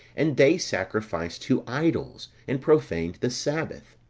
and they sacrificed to idols, and profaned the sabbath.